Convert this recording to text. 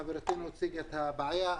חברתנו הציגה את הבעיה.